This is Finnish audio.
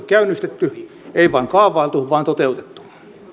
käynnistetty ei vain kaavailtu vaan toteutettu